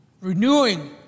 renewing